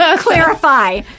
clarify